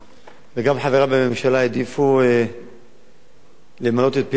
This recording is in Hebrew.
וגם חברי בממשלה, העדיפו למלא פיהם מים